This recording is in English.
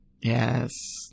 yes